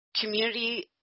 community